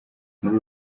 muri